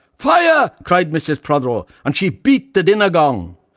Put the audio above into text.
fire! cried mrs. prothero, and she beat the dinner-gong.